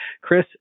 Chris